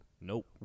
Nope